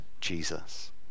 Jesus